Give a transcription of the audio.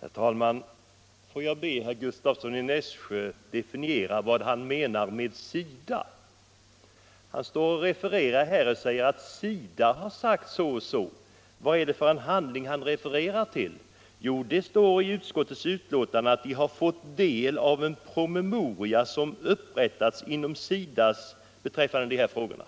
Herr talman! Får jag be herr Gustavsson i Nässjö definiera vad han menar med SIDA. Han står här och refererar och påstår att SIDA har sagt så och så. Vad är det för handling han refererar till? Jo, i utskottets betänkande står det att vi har fått ta del av en promemoria som upprättats inom SIDA beträffande de här frågorna.